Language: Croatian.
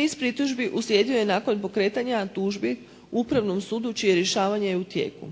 Niz pritužbi uslijedio je nakon pokretanja tužbi Upravnom sudu čije je rješavanje u tijeku.